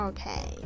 Okay